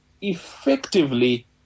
effectively